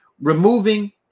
Removing